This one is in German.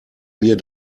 mir